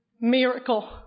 miracle